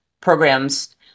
programs